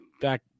back